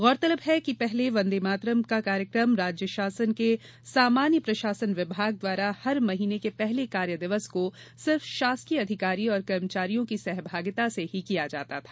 गौरतलब है कि पहले वन्दे मातरम का कार्यक्रम राज्य शासन के सामान्य प्रशासन विभाग द्वारा हर महीने के पहलेकार्य दिवस को सिर्फ शासकीय अधिकारी और कर्मचारियों की सहभागिता से ही किया जाता था